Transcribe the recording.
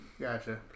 gotcha